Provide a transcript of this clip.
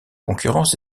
concurrence